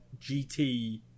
GT